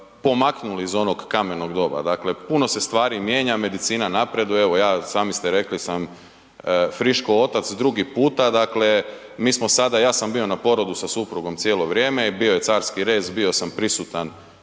pomaknuli iz onog kamenog doba. Dakle, puno se stvari mijenja, medicina napreduje, evo ja, sami ste rekli sam friško otac drugi puta, dakle mi smo sada, ja sam bio na porodu sa suprugom cijelo vrijeme i bio je carski rez, bio sam prisutan